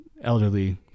elderly